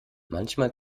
manchmal